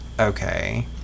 okay